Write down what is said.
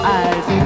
eyes